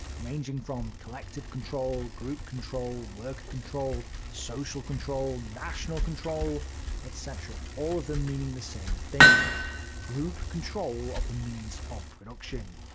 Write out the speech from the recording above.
ranging from collective control, group control, worker control, social control, national control etc, all of them meaning the same thing group control of the means of production.